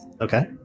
Okay